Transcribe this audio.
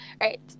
right